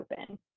open